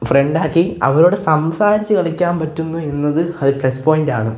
friend ആക്കി അവരോട് സംസാരിച്ച് കളിക്കാൻ പറ്റുന്നു എന്നത് ഒരു പ്ലെസ് പോയിന്റ് ആണ്